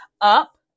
up